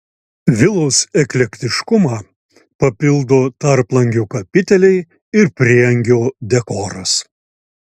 vilos eklektiškumą papildo tarplangių kapiteliai ir prieangio dekoras